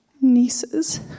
nieces